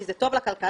כי זה טוב לכלכלה,